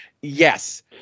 Yes